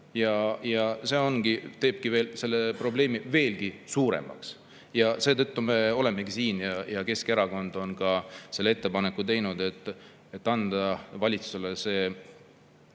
ja see teebki selle probleemi veelgi suuremaks. Seetõttu me olemegi siin ja Keskerakond on selle ettepaneku teinud, et anda valitsusele